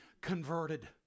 converted